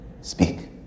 speak